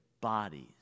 bodies